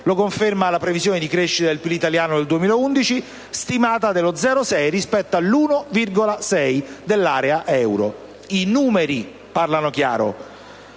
lo conferma la previsione di crescita del PIL italiano nel 2011 stimata dello 0,6 per cento rispetto all'1,6 per cento dell'area euro: i numeri parlano chiaro.